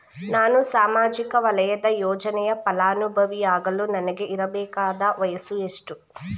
ನಾನು ಸಾಮಾಜಿಕ ವಲಯದ ಯೋಜನೆಯ ಫಲಾನುಭವಿ ಯಾಗಲು ನನಗೆ ಇರಬೇಕಾದ ವಯಸ್ಸು ಎಷ್ಟು?